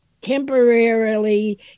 temporarily